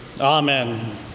amen